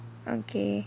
okay